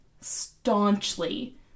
staunchly